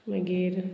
मागीर